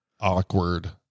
awkward